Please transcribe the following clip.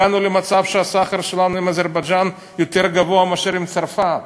הגענו למצב שהסחר שלנו עם אזרבייג'ן יותר גבוה מאשר עם צרפת.